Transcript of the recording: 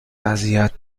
اذیت